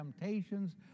temptations